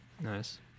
Nice